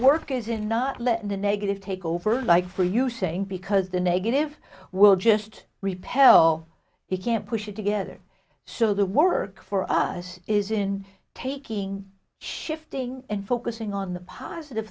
work is in not letting the negative take over like for you saying because the negative will just repel you can't push it together so the work for us is in taking shifting and focusing on the positive